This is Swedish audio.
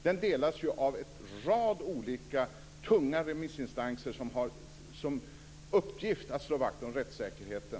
Den delas av en rad olika tunga remissinstanser som har som uppgift att slå vakt om rättssäkerheten.